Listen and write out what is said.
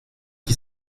qui